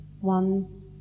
one